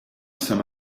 saint